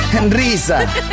Risa